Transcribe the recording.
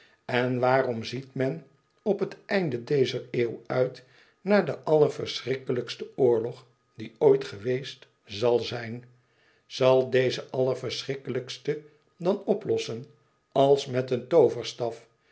en waarom ziet men op het einde dezer eeuw uit naar den allerverschrikkelijksten oorlog die ooit geweest zal zijn zal deze allerverschrikkelijkste dan oplossen als met een tooverstaf